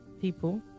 people